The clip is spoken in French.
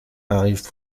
arrivent